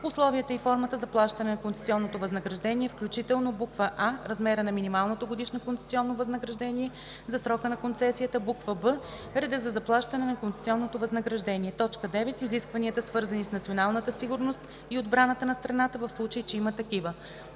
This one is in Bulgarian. условията и формата за плащане на концесионното възнаграждение, включително: а) размера на минималното годишно концесионно възнаграждение за срока на концесията; б) реда за плащане на концесионното възнаграждение; 9. изискванията, свързани с националната сигурност и отбраната на страната, в случай че има такива;